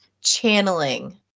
channeling